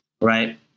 right